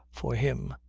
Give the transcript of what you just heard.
for him,